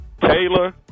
Taylor